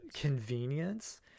convenience